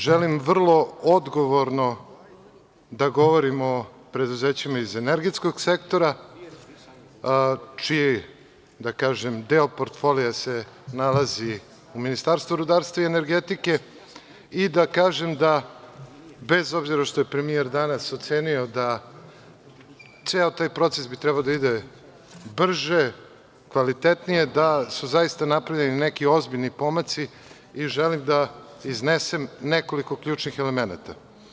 Želim vrlo odgovorno da govorim o preduzećima iz energetskog sektora, čiji, da kažem, deo portfolija se nalazi u Ministarstvu rudarstva i energetike, i da kažem da bez obzira što je premijer danas ocenio da ceo taj proces bi trebao da ide brže, kvalitetnije, da su zaista napravljeni neki ozbiljni pomaci i želim da iznesem nekoliko ključnih elemenata.